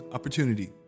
Opportunity